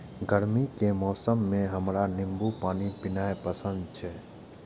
गर्मी के मौसम मे हमरा नींबू पानी पीनाइ पसंद छै